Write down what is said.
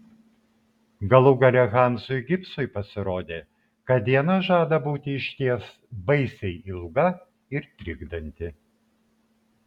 galų gale hansui gibsui pasirodė kad diena žada būti išties baisiai ilga ir trikdanti